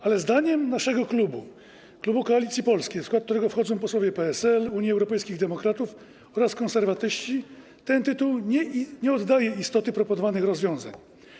Ale zdaniem naszego klubu, klubu Koalicji Polskiej, w którego skład wchodzą posłowie PSL i Unii Europejskich Demokratów oraz Konserwatyści, ten tytuł nie oddaje istoty proponowanych rozwiązań.